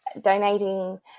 donating